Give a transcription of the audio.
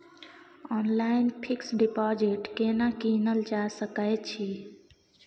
Online fix deposit केना कीनल जा सकै छी?